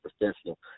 professional